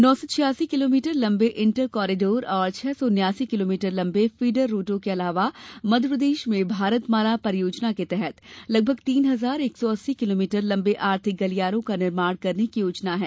नौ सौ छियासी किलोमीटर लंबे इंटर कॉरिडोर और छह सौ उन्यासी किलोमीटर लंबे फीडर रूटों के अलावा मध्य प्रदेश में भारतमाला परियोजना के तहत लगभग तीन हजार एक सौ अस्सी किलोमीटर लंबे आर्थिक गलियारों का निर्माण करने की योजना है